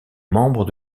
membre